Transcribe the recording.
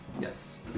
Yes